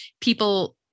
people